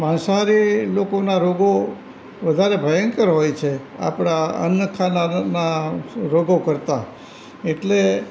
માંસાહારી લોકોનાં રોગો વધારે ભયંકર હોય છે આપણાં અન્ન ખાનારાના રોગો કરતાં એટલે